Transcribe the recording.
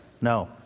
No